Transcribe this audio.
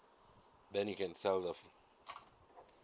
then you can sell off